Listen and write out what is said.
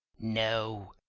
no,